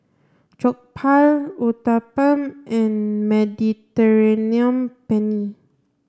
Jokbal Uthapam and Mediterranean Penne